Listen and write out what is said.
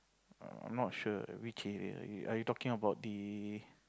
I'm not sure which area you are you talking about the